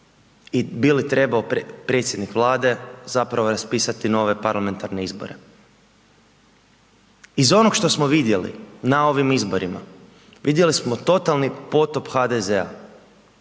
i bi li trebao predsjednik Vlade zapravo raspisati nove parlamentarne izbore. Iz onog što smo vidjeli na ovim izborima, vidjeli smo totalni potop HDZ-a.